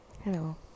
Hello